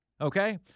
okay